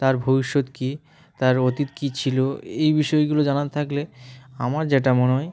তার ভবিষ্যৎ কী তার অতীত কী ছিল এই বিষয়গুলো জানা থাকলে আমার যেটা মনে হয়